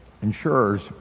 insurers